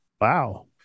Wow